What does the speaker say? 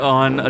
on